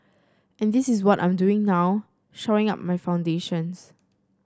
and this is what I'm doing now shoring up my foundations